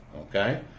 okay